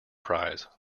prize